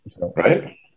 Right